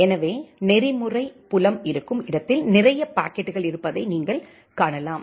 எனவே நெறிமுறை புலம் இருக்கும் இடத்தில் நிறைய பாக்கெட்டுகள் இருப்பதை நீங்கள் காணலாம்